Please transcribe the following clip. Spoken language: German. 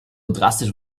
drastisch